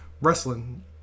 Wrestling